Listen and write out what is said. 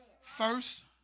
First